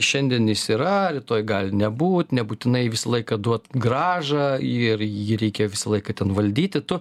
šiandien jis yra rytoj gali nebūt nebūtinai visą laiką duot grąžą ir jį reikia visą laiką ten valdyti tu